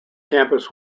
campus